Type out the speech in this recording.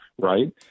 Right